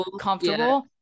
comfortable